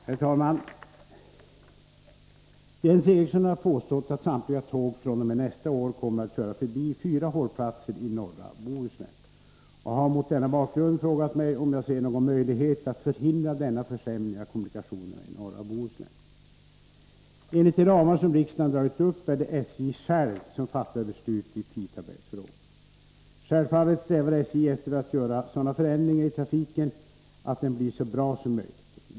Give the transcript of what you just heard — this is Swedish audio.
Herr talman! Jens Eriksson har påstått att samtliga tåg fr.o.m. nästa år kommer att köra förbi fyra hållplatser i norra Bohuslän och har mot denna bakgrund frågat mig om jag ser någon möjlighet att förhindra denna försämring av kommunikationerna i norra Bohuslän. Enligt de ramar som riksdagen dragit upp är det SJ självt som fattar beslut i tidtabellsfrågor. Självfallet strävar SJ efter att göra sådana förändringar i trafiken att den blir så bra som möjligt.